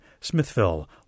Smithville